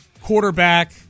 quarterback